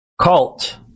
cult